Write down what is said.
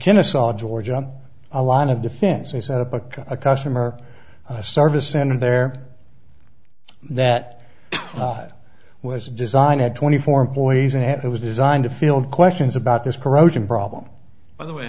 kennesaw georgia a lot of defense they set up a customer service center there that was designed had twenty four employees and it was designed to field questions about this corrosion problem by the way